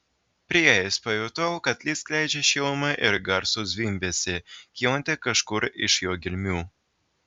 priėjęs pajutau kad jis skleidžia šilumą ir garsų zvimbesį kylantį kažkur iš jo gelmių